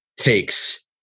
takes